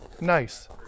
Nice